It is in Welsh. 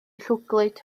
llwglyd